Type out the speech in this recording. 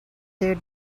their